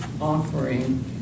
offering